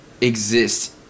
exist